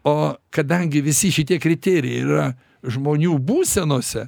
o kadangi visi šitie kriterijai ir yra žmonių būsenose